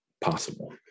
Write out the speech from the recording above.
possible